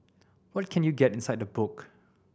what can you get inside the book